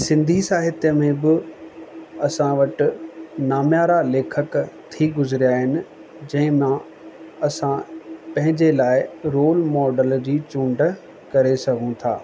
सिंधी साहित्य में बि असां वटि नामयारा लेखक थी गुजरिया आइन जंहिंमां असां पंहिंजे लाइ रोल मॉडल जी चूंड करे सघूं था